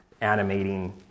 animating